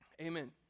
Amen